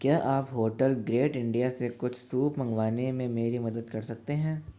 क्या आप hotel great India से कुछ सूप मँगवाने में मेरी मदद कर सकते हैं